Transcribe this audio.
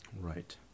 Right